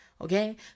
okay